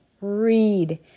Read